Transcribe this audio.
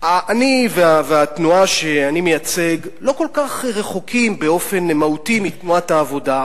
אני והתנועה שאני מייצג לא כל כך רחוקים באופן מהותי מתנועת העבודה.